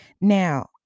Now